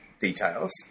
details